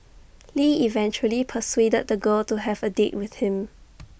lee eventually persuaded the girl to have A date with him